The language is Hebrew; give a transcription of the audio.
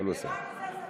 למען הסר ספק.